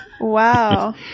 Wow